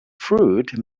fruit